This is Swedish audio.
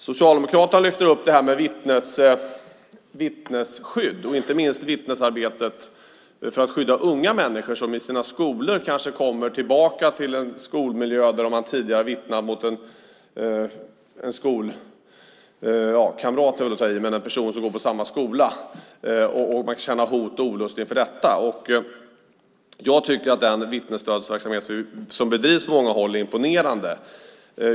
Socialdemokraterna lyfter upp det här med vittnesskydd och inte minst vittnesarbetet för att skydda unga människor som kanske kommer tillbaka till en skolmiljö där de tidigare har vittnat mot en skolkamrat - skolkamrat är väl att ta i, men en person som går på samma skola. Man kan känna hot och olust inför detta. Jag tycker att den vittnesstödsverksamhet som bedrivs på många håll är imponerande.